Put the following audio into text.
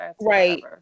Right